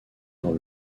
dans